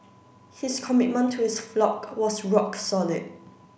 his commitment to his flock was rock solid